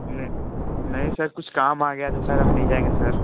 नहीं नहीं सर कुछ काम आ गया था सर अब नहीं जाएँगे सर